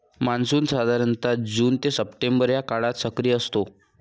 monsoon साधारणतः June ते September या काळात सक्रिय असतो